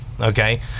okay